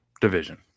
division